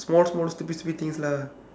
small small stupid stupid things lah